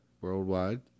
worldwide